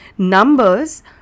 Numbers